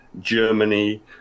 germany